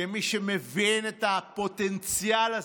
כמי שמבין את הפוטנציאל הזה,